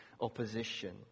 opposition